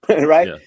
Right